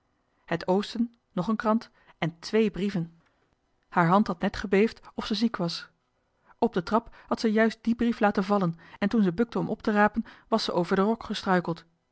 het oosten nog een krant en twéé brieven haar hand had net gebeefd of ze ziek was op de trap had ze juist die brief laten vallen en toen ze bukte om op te rapen was ze over d'er rok